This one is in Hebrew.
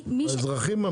האזרחים.